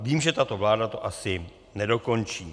Vím, že tato vláda to asi nedokončí.